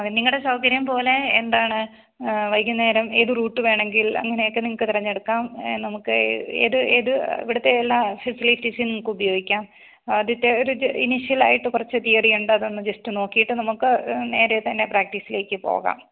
നിങ്ങളുടെ സൗകര്യം പോലെ എന്താണ് വൈകുന്നേരം ഏത് റൂട്ട് വേണമെങ്കിൽ അങ്ങനെയൊക്കെ നിങ്ങൾക്ക് തിരഞ്ഞെടുക്കാം നമുക്ക് ഏത് ഏത് ഇവിടുത്തെ എല്ലാ ഫെസിലിറ്റിസും ഉപയോഗിക്കാം ആദ്യത്തെ ഒരു ഇനിഷ്യലായിട്ട് കുറച്ച് തിയറി ഉണ്ട് അതൊന്ന് ജസ്റ്റ് നോക്കിയിട്ട് നമുക്ക് നേരെ തന്നെ പ്രാക്റ്റിസിലേക്ക് പോകാം